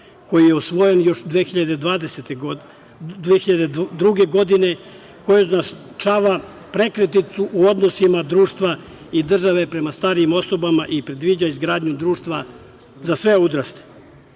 koji je usvojen još 2002. godine, koji označava prekretnicu u odnosima društva i države prema starijim osobama i predviđa izgradnju društva za sve uzraste.